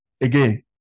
Again